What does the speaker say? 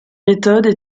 méthodes